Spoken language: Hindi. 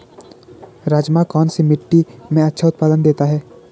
राजमा कौन सी मिट्टी में अच्छा उत्पादन देता है?